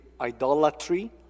idolatry